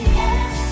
yes